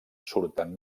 surten